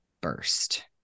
burst